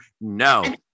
no